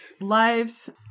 lives